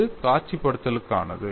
இது காட்சிப்படுத்தலுக்கானது